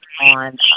on